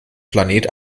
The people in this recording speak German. planet